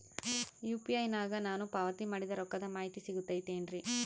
UPI ನಾಗ ನಾನು ಪಾವತಿ ಮಾಡಿದ ರೊಕ್ಕದ ಮಾಹಿತಿ ಸಿಗುತೈತೇನ್ರಿ?